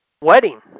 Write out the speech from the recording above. Wedding